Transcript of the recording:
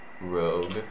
Rogue